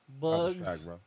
Bugs